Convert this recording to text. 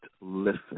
listen